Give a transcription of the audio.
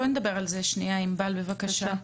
בואי נדבר על זה, ענבל, בבקשה.